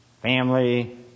Family